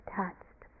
touched